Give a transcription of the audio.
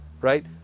right